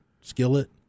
skillet